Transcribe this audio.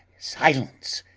silence!